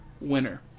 winner